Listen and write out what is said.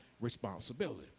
responsibility